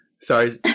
Sorry